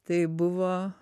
tai buvo